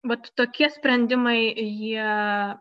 vat tokie sprendimai jie